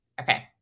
Okay